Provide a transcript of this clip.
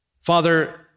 Father